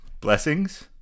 Blessings